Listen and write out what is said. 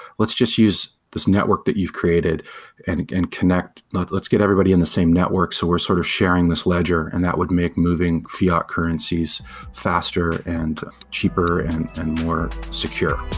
let's just use this network that you've created and and connect let's get everybody in the same network source, sort of sharing this ledger, and that would make moving fiat currencies faster and cheaper and and more secure.